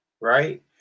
right